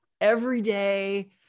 everyday